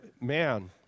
man